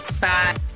Bye